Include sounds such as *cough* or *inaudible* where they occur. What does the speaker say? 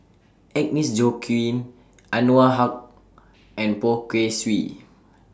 Agnes Joaquim *noise* Anwarul Haque *noise* and Poh Kay Swee